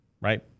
right